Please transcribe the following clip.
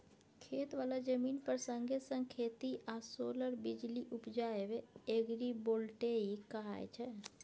खेत बला जमीन पर संगे संग खेती आ सोलर बिजली उपजाएब एग्रीबोल्टेइक कहाय छै